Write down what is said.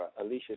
Alicia